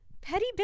Petty